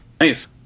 nice